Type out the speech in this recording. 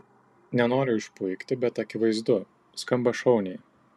nenoriu išpuikti bet akivaizdu skamba šauniai